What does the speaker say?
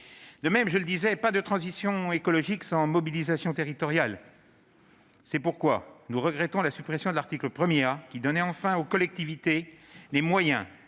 En outre, je le disais, il n'est pas de transition écologique sans mobilisation territoriale. C'est pourquoi nous regrettons la suppression de l'article 1 A, qui donnait, enfin, aux collectivités les moyens